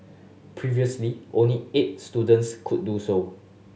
previously only eight students could do so